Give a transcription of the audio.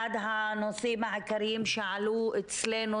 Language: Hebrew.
אחד הנושאים העיקריים שעלו אצלנו,